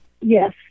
Yes